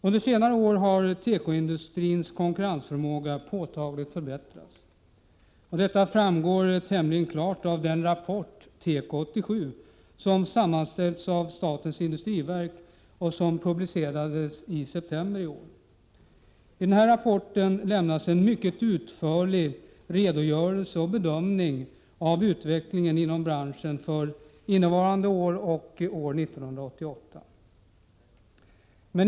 Under senare år har tekoindustrins konkurrensförmåga påtagligt förbättrats. Detta framgår tämligen klart av den rapport, TEKO 87, som har sammanställts av statens industriverk och som publicerades i september i år. I rapporten lämnas en mycket utförlig redogörelse för och bedömning av utvecklingen inom branschen för innevarande år och 1988.